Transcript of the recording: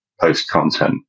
post-content